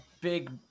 big